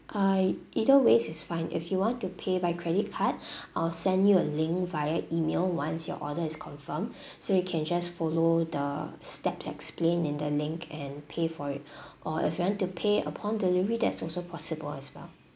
uh either ways is fine if you want to pay by credit card I'll send you a link via email once your order is confirmed so you can just follow the steps explained in the link and pay for it or if you want to pay upon delivery that's also possible as well